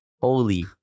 Holy